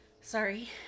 sorry